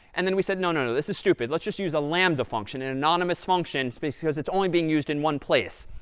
and then we said, no, no, no, this is stupid, let's just use a lambda function, an anonymous function, basically, because it's only being used in one place.